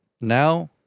Now